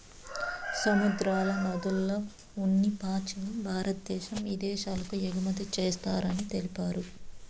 సముద్రాల, నదుల్ల ఉన్ని పాచిని భారద్దేశం ఇదేశాలకు ఎగుమతి చేస్తారని తెలిపారు